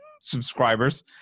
subscribers